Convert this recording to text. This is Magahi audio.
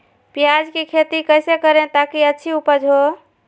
प्याज की खेती कैसे करें ताकि अच्छी उपज हो?